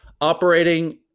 Operating